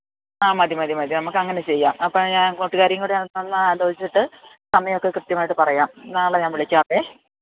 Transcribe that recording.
ആ മതി മതി മതി നമുക്ക് അങ്ങനെ ചെയ്യാം അപ്പോള് ഞാൻ കൂട്ടുകാരെയുംകൂടെ ഒന്ന് ആലോചിച്ചിട്ട് സമയമൊക്കെ കൃത്യമായിട്ട്ു പറയാം നാളെ ഞാൻ വിളിക്കാമേ